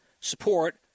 support